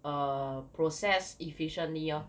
err process efficiently lor